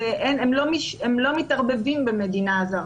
הם לא מתערבבים במדינה הזרה,